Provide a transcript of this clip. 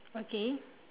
okay